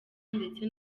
ndetse